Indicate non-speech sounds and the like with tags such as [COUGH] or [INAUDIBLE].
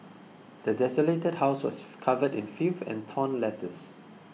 the desolated house was [NOISE] covered in filth and torn letters